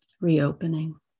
reopening